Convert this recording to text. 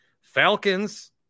Falcons